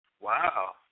Wow